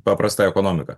paprasta ekonomika